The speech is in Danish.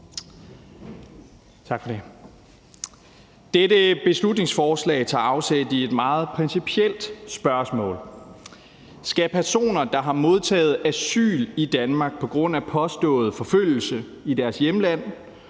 Tak for det. Dette beslutningsforslag tager afsæt i et meget principielt spørgsmål, nemlig om personer, der har modtaget asyl i Danmark på grund af påstået forfølgelse i deres hjemland,